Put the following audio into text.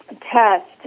test